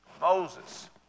Moses